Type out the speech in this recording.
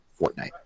Fortnite